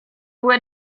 would